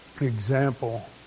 Example